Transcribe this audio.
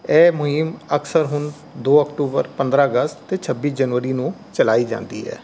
ਇਹ ਮੁਹਿੰਮ ਅਕਸਰ ਹੁਣ ਦੋ ਅਕਟੂਬਰ ਪੰਦਰਾਂ ਅਗਸਤ 'ਤੇ ਛੱਬੀ ਜਨਵਰੀ ਨੂੰ ਚਲਾਈ ਜਾਂਦੀ ਹੈ